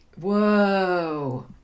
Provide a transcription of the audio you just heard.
whoa